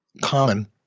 common